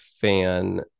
fan